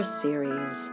series